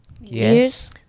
Yes